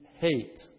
hate